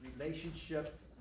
relationship